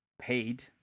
paid